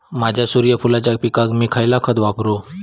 माझ्या सूर्यफुलाच्या पिकाक मी खयला खत वापरू?